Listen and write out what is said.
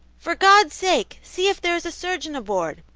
for god's sake, see if there is a surgeon aboard!